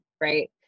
right